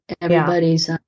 Everybody's